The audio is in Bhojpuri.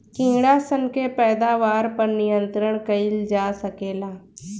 कीड़ा सन के पैदावार पर नियंत्रण कईल जा सकेला